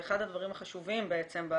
זה אחד הדברים החשובים בעצם.